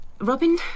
Robin